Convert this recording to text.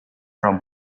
from